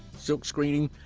silkscreening,